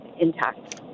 intact